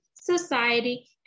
society